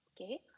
okay